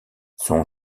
son